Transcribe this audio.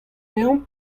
deomp